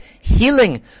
healing